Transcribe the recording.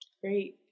Great